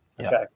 Okay